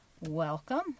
welcome